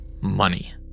money